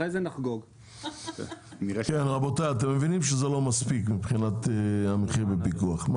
אתם מבינים שזה לא מספיק מבחינת המחיר בפיקוח.